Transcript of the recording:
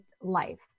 life